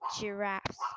giraffes